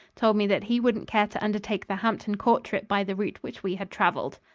told me that he wouldn't care to undertake the hampton court trip by the route which we had traveled.